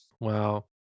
Wow